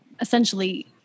essentially